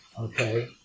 okay